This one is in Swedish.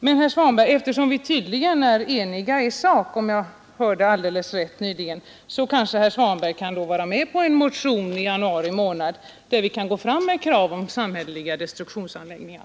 Men eftersom vi är eniga i sak, om jag hörde rätt, kanske herr Svanberg i januari månad kan vara med på en motion med krav på samhälleliga destruktionsanläggningar.